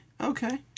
okay